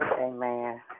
Amen